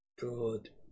Good